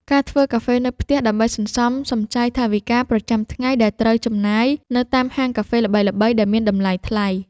ការធ្វើកាហ្វេនៅផ្ទះដើម្បីសន្សំសំចៃថវិកាប្រចាំថ្ងៃដែលត្រូវចំណាយនៅតាមហាងកាហ្វេល្បីៗដែលមានតម្លៃថ្លៃ។